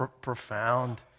profound